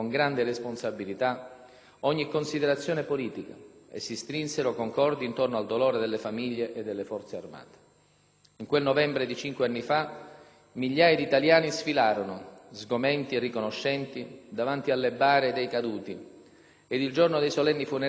In quel novembre di cinque anni fa, migliaia di italiani sfilarono, sgomenti e riconoscenti, davanti alle bare dei caduti ed il giorno dei solenni funerali di Stato in milioni fermarono per un minuto ogni attività, manifestando la loro partecipazione al lutto nazionale.